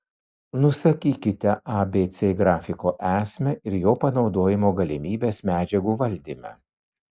nusakykite abc grafiko esmę ir jo panaudojimo galimybes medžiagų valdyme